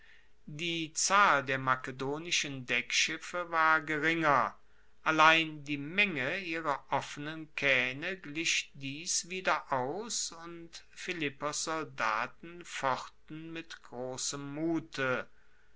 die zahl der makedonischen deckschiffe war geringer allein die menge ihrer offenen kaehne glich dies wieder aus und philippos soldaten fochten mit grossem mute